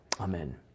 Amen